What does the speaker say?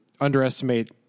underestimate